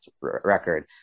record